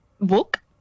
book